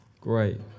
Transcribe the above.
Great